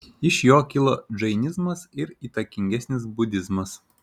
iš jo kilo džainizmas ir įtakingesnis budizmas